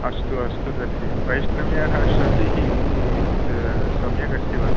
अस्तु अस्तु तर्हि वैष्णव्याः श्रुतिः सम्यगस्ति वा